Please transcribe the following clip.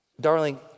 Darling